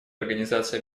организации